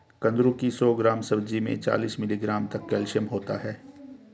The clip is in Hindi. कुंदरू की सौ ग्राम सब्जी में चालीस मिलीग्राम तक कैल्शियम होता है